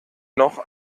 noch